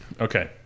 Okay